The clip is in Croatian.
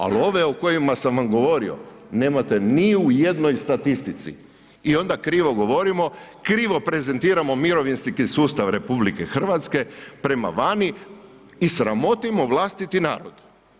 Ali ove o kojima sam vam govorio, nemate ni u jednoj statistici i onda krivo govorimo, krivo prezentiramo mirovinski sustav RH prema vani i sramotimo vlastiti narod.